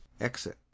Exit